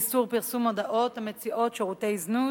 איסור פרסום מודעות המציעות שירותי זנות),